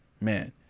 Man